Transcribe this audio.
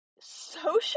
social